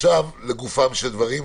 עכשיו לגופם של דברים.